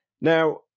Now